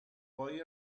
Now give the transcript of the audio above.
boy